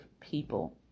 people